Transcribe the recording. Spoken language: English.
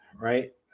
right